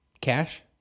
Cash